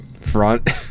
front